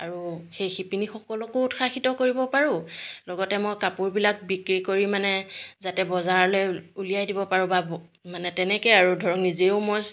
আৰু সেই শিপিনীসকলকো উৎসাহিত কৰিব পাৰোঁ লগতে মই কাপোৰবিলাক বিক্ৰী কৰি মানে যাতে বজাৰলৈ উলিয়াই দিব পাৰোঁ বা মানে তেনেকৈ আৰু ধৰক নিজেও মই